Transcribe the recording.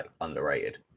underrated